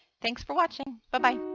thanks for watching. but bye